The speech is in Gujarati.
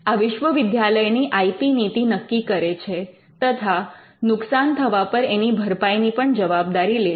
આ વિશ્વવિદ્યાલયની આઇ પી નીતિ નક્કી કરે છે તથા નુકસાન થવા પર એની ભરપાઈની પણ જવાબદારી લે છે